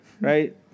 Right